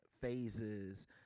phases